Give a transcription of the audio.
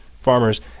farmers